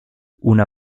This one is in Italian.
una